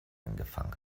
angefangen